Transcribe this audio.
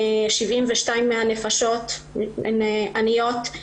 72% מן הנפשות הן עניות,